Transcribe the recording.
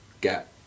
get